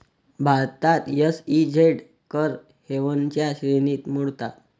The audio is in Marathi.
भारतात एस.ई.झेड कर हेवनच्या श्रेणीत मोडतात